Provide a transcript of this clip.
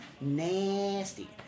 nasty